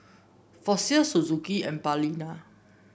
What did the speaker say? Fossil Suzuki and Balina